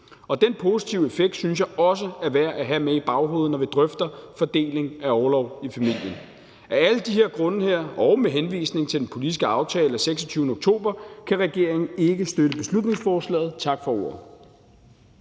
Den positive effekt synes jeg også er værd at have med i baghovedet, når vi drøfter fordeling af orlov i familien. Af alle de her grunde og med henvisning til den politiske aftale af 26. oktober kan regeringen ikke støtte beslutningsforslaget. Tak for ordet.